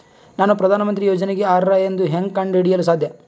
ನಾನು ಪ್ರಧಾನ ಮಂತ್ರಿ ಯೋಜನೆಗೆ ಅರ್ಹ ಎಂದು ಹೆಂಗ್ ಕಂಡ ಹಿಡಿಯಲು ಸಾಧ್ಯ?